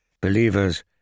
Believers